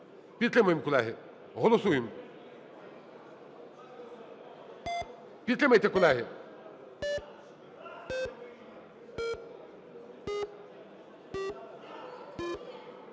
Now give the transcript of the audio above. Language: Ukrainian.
Підтримаємо, колеги. Голосуємо. Підтримайте, колеги!